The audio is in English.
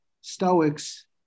Stoics